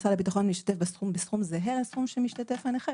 משרד הבטחון משתתף בסכום זהה לסכום שמשתתף הנכה,